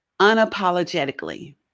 unapologetically